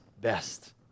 best